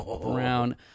Brown